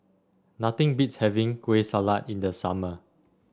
nothing beats having Kueh Salat in the summer